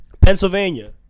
Pennsylvania